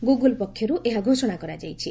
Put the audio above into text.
Google ପକ୍ଷରୁ ଏହା ଘୋଷଣା କରାଯାଇଛି